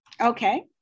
Okay